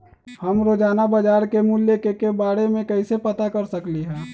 हम रोजाना बाजार के मूल्य के के बारे में कैसे पता कर सकली ह?